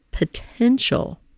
Potential